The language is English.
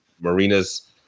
Marina's